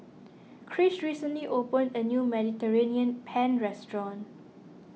Krish recently opened a new Mediterranean Penne restaurant